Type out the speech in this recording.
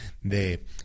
de